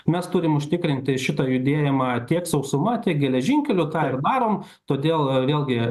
mes turim užtikrinti šitą judėjimą tiek sausuma tiek geležinkeliu tą ir darom todėl vėlgi